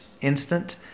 instant